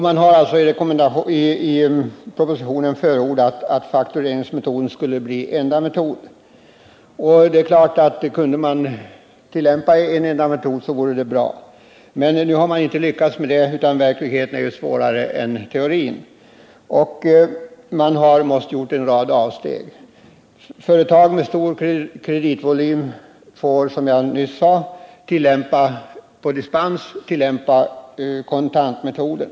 I propositionen förordas alltså att faktureringsmetoden blir den enda metoden. Kunde man tillämpa en enda metod vore det naturligtvis bra. Nu är emellertid verkligheten svårare än teorin. Man har därför måst göra en rad avsteg. Företag med stor kreditvolym får, som jag nyss sade, på dispens tillämpa kontantmetoden.